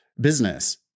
business